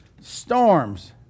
storms